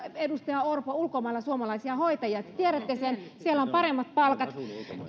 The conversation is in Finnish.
edustaja orpo meillä on ulkomailla paljon suomalaisia hoitajia te tiedätte sen siellä on paremmat palkat